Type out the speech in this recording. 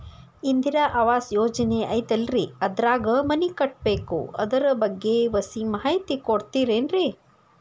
ಇಂದಿರಾ ಆವಾಸ ಯೋಜನೆ ಐತೇಲ್ರಿ ಅದ್ರಾಗ ಮನಿ ಕಟ್ಬೇಕು ಅದರ ಬಗ್ಗೆ ಒಸಿ ಮಾಹಿತಿ ಕೊಡ್ತೇರೆನ್ರಿ?